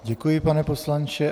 Děkuji, pane poslanče.